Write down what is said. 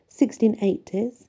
1680s